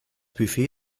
buffet